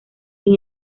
sin